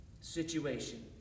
situation